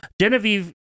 Genevieve